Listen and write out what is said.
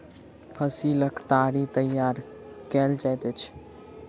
फसीलक ताड़ी तैयार कएल जाइत अछि